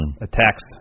attacks